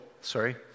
sorry